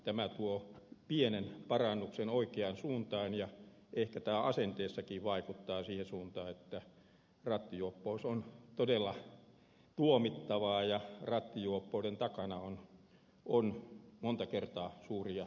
tämä tuo pienen parannuksen oikeaan suuntaan ja ehkä tämä asenteissakin vaikuttaa siihen suuntaan että ajatellaan että rattijuoppous on todella tuomittavaa ja rattijuoppouden takana on monta kertaa suuria ongelmia